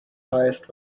highest